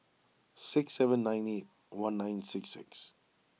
six seven nine eight one nine six six